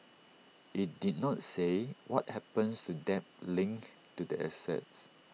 IT did not say what happens to debt linked to the assets